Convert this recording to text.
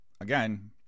again